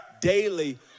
daily